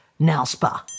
NALSPA